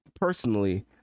personally